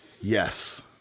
Yes